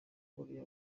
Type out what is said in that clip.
koreya